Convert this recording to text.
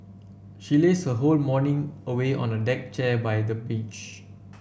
she lazed her whole morning away on a deck chair by the beach